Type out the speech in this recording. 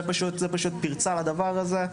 זה פשוט פרצה לדבר הזה.,